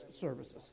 services